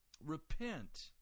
Repent